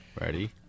Ready